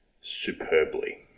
superbly